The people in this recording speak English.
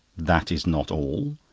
that is not all!